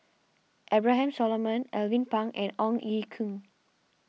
Abraham Solomon Alvin Pang and Ong Ye Kung